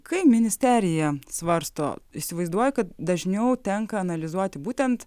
kai ministerija svarsto įsivaizduoja kad dažniau tenka analizuoti būtent